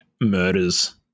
murders